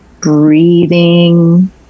breathing